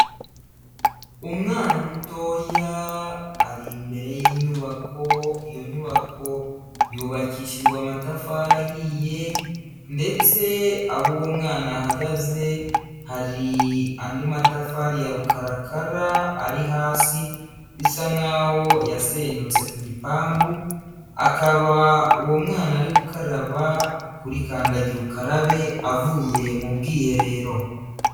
Umwana mutoya ari imbere y'inyubako, iyo nyubako yubakishijwe amatafari ahiye ndetse aho uwo mwana ahagaze hari andi matafari ya rukarakara ari hasi, bisa nkaho yasenyutse ku gipangu, akaba uwo mwana ari gukaraba kuri kandagira ukarabe avuye mu bwiherero.